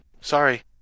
Sorry